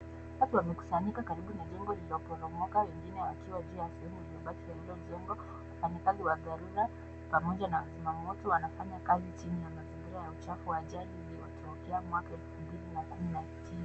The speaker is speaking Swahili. Watu wamekusanyika karibu na jengo lililoporomoka kwengine wakiwa juu ya iliyobaki ya hile jengo. Wafanyakazi wa dharura pamoja na wazimamoto wanafanya kazi chini ya mazingira ya uchafu wa ajali iliyotokea mwaka 2019.